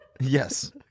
Yes